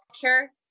care